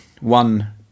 one